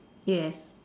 yes